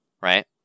Right